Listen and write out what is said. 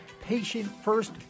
patient-first